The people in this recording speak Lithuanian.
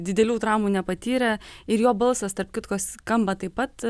didelių traumų nepatyrė ir jo balsas tarp kitko skamba taip pat